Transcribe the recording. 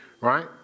Right